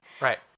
Right